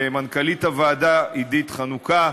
למנכ"לית הוועדה עידית חנוכה,